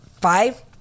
five